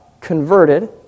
converted